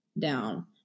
down